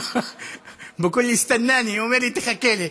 אומר לי: תחכה לי.